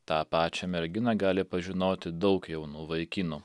tą pačią merginą gali pažinoti daug jaunų vaikinų